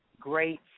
great